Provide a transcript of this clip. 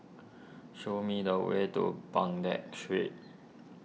show me the way to Baghdad Street